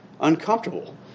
uncomfortable